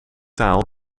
taal